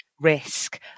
risk